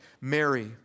Mary